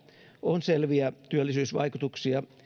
on selviä työllisyysvaikutuksia